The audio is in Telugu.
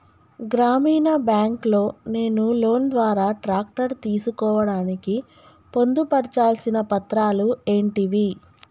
గ్రామీణ బ్యాంక్ లో నేను లోన్ ద్వారా ట్రాక్టర్ తీసుకోవడానికి పొందు పర్చాల్సిన పత్రాలు ఏంటివి?